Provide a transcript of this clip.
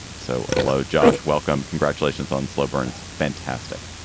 so, hello, josh, welcome. congratulations on slow burn. it's fantastic.